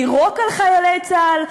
לירוק על חיילי צה"ל,